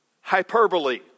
hyperbole